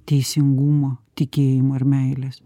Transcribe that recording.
teisingumo tikėjimo ir meilės